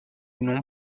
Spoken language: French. nom